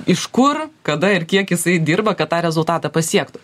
iš kur kada ir kiek jisai dirba kad tą rezultatą pasiektų